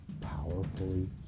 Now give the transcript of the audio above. powerfully